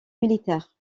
militaire